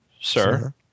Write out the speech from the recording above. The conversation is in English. Sir